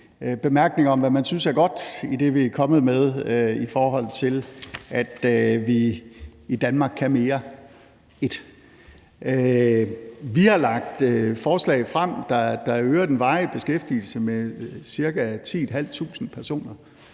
bemærkninger om, hvad man synes er godt i det, vi er kommet med i forhold til »Danmark kan mere I«. Vi har lagt forslag frem, der øger den varige beskæftigelse med ca. 10.500 personer.